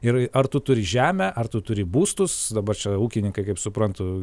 ir ar tu turi žemę ar tu turi būstus dabar čia ūkininkai kaip suprantu